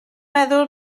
meddwl